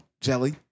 Jelly